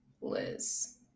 liz